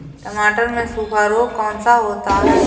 टमाटर में सूखा रोग कौन सा होता है?